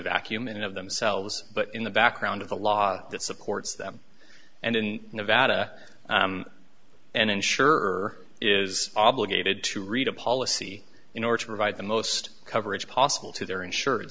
vacuum in and of themselves but in the background of the law that supports them and in nevada and insure is obligated to read a policy in order to provide the most coverage possible to their insur